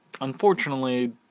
Unfortunately